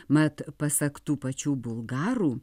mat pasak tų pačių bulgarų